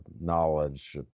knowledge